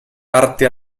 arti